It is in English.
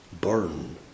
Burn